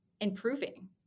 improving